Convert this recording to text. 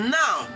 now